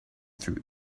through